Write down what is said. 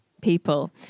people